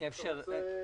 רק.